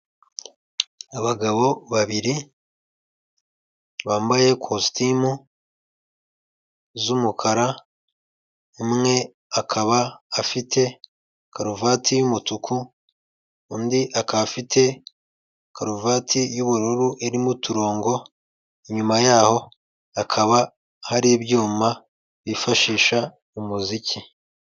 Abagabo babiri bambaye kositimu z'umukara umwe akaba afite karuvati y'umutuku undi akaba afite karuvati y'ubururu irimo uturongo inyuma yaho hakaba hari ibyuma bifashisha mu muziki.